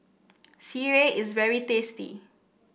sireh is very tasty